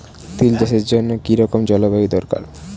তিল চাষের জন্য কি রকম জলবায়ু দরকার?